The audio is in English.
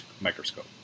microscope